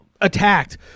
attacked